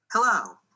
Hello